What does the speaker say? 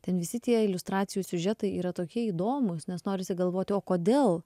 ten visi tie iliustracijų siužetai yra tokie įdomūs nes norisi galvoti o kodėl